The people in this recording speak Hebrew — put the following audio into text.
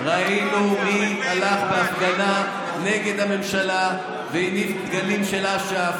ראינו מי הלך בהפגנה נגד הממשלה והניף דגלים של אש"ף,